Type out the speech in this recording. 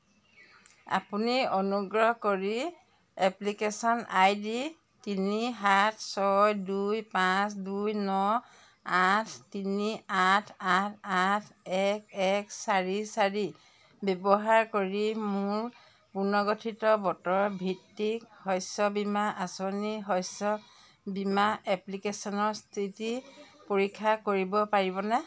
আপুনি অনুগ্ৰহ কৰি এপ্লিকেশ্যন আই ডি তিনি সাত ছয় দুই পাঁচ দুই ন আঠ তিনি আঠ আঠ আঠ এক এক চাৰি চাৰি ব্যৱহাৰ কৰি মোৰ পুনৰ্গঠিত বতৰ ভিত্তিক শস্য বীমা আঁচনি শস্য বীমা এপ্লিকেশ্যনৰ স্থিতি পৰীক্ষা কৰিব পাৰিবনে